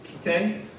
Okay